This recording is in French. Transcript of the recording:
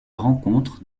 rencontre